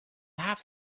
have